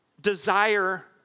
desire